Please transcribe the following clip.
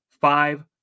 five